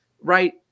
right